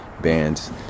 bands